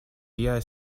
viaj